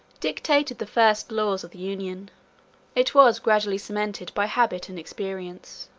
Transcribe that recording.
dictated the first laws of the union it was gradually cemented by habit and experience.